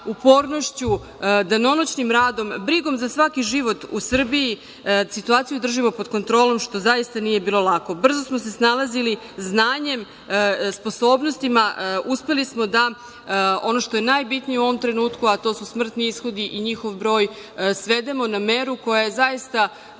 danonoćnim radom, brigom za svaki život u Srbiji situaciju držimo pod kontrolom, što zaista nije bilo lako. Brzo smo se snalazili znanjem, sposobnostima, uspeli smo da ono što je najbitnije u ovom trenutku, a to su smrtni ishodi i njihov broj svedemo na meru koja je zaista